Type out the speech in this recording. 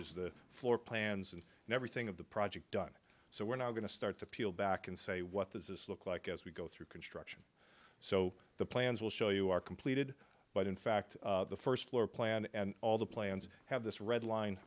is the floor plans and everything of the project done so we're not going to start to peel back and say what this is look like as we go through construction so the plans will show you are completed but in fact the first floor plan and all the plans have this red line